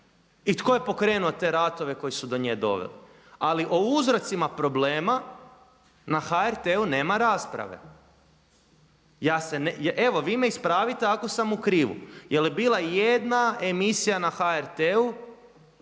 i tko je pokrenuo te ratove koji su do nje doveli. Ali o uzrocima problema na HRT-u nema rasprave. Evo vi me ispravite ako sam u krivu. Je li bila i jedna emisija na HRT-u